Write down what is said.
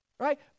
Right